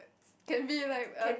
can be like err